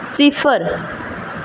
सिफर